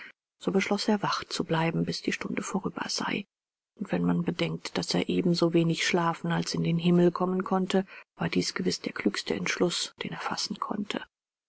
so beschloß er wach zu bleiben bis die stunde vorüber sei und wenn man bedenkt daß er eben so wenig schlafen als in den himmel kommen konnte war dies gewiß der klügste entschluß den er fassen konnte